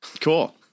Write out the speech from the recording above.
cool